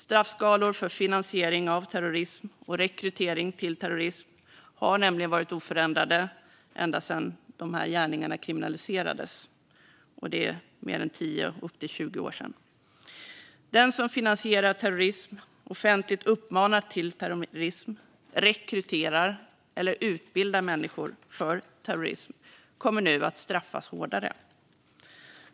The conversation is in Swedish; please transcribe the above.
Straffskalorna för finansiering av terrorism och rekrytering till terrorism har varit oförändrade ända sedan gärningarna kriminaliserades för mer än tio och upp till tjugo år sedan. Den som finansierar terrorism, offentligt uppmanar till terrorism, rekryterar eller utbildar människor för terrorism kommer nu att straffas hårdare.